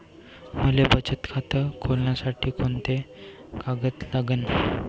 मले बचत खातं खोलासाठी कोंते कागद लागन?